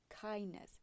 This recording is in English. kindness